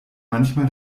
manchmal